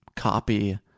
Copy